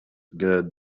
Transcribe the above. good